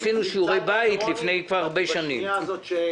עשינו שיעורי בית כבר לפני שנים רבות.